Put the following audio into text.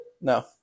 No